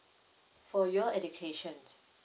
for your education